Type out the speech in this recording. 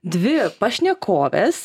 dvi pašnekovės